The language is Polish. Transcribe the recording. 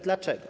Dlaczego?